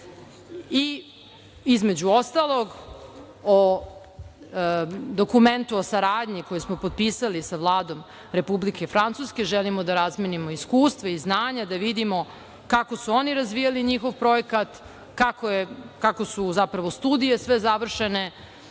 I između ostalog, o dokumentu o saradnji koji smo potpisali sa Vladom Republike Francuske, želimo da razmenimo iskustva i znanja da vidimo kako su oni razvijali njihov projekat, kako su zapravo studije sve završene,